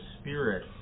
spirit